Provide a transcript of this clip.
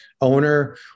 owner